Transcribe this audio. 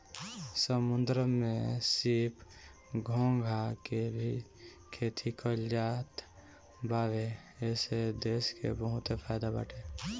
समुंदर में सीप, घोंघा के भी खेती कईल जात बावे एसे देश के बहुते फायदा बाटे